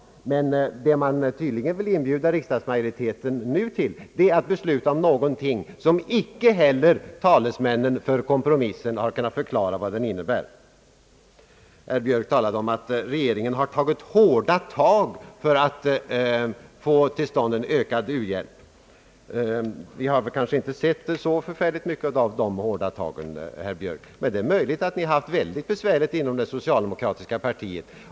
Men det man tydligen vill inbjuda riksdagsmajoriteten till är att besluta om någonting vars innebörd inte heller talesmännen för kompromissen har kunnat förklara. Herr Björk sade att regeringen har tagit hårda tag för att få till stånd en ökad u-hjälp. Vi har kanske inte sett så mycket av de hårda tagen, herr Björk, men det är möjligt att ni haft det mycket besvärligt inom det socialdemokratiska partiet.